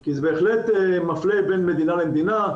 כי זה בהחלט מפלה בין מדינה למדינה,